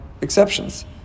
exceptions